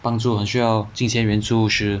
帮助很需要金钱援助时